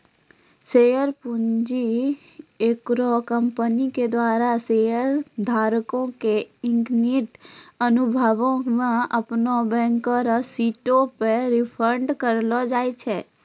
share पूंजी एगो company के द्वारा शेयर धारको के इक्विटी अनुभागो मे अपनो बैलेंस शीटो पे रिपोर्ट करलो जाय छै